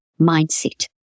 mindset